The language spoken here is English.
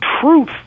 truth